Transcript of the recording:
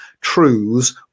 truths